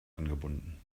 angebunden